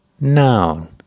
noun